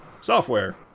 software